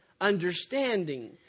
understanding